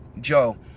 Joe